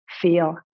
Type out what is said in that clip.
feel